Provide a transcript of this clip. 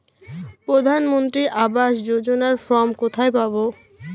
প্রধান মন্ত্রী আবাস যোজনার ফর্ম কোথায় পাব?